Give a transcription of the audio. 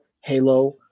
Halo